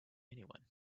anyone